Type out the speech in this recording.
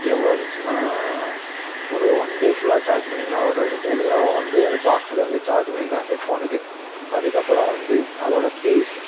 எவ்வளோ இருந்துச்சுனா ஒரு ஒன்டே ஃபுல்லாக சார்ஜ் பண்ணிக்கலாம் ஒரு ஒரு மூணு தடவை வந்து அந்த பாக்ஸ்லேருந்து சார்ஜ் பண்ணிக்கலாம் ஹெட்ஃபோனுக்கு அதுக்கப்புறம் வந்து அதோடய பேஸ்